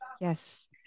yes